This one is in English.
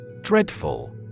Dreadful